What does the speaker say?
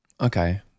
Okay